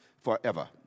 forever